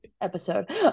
episode